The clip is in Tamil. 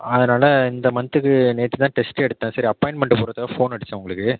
அதனால் இந்த மந்த்துக்கு நேற்று தான் டெஸ்ட்டு எடுத்தேன் சரி அப்பாய்ன்மெண்ட்டு போடுகிறதுக்காக ஃபோன் அடித்தேன் உங்களுக்கு